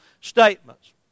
statements